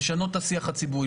לשנות את השיח הציבורי.